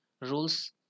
Rules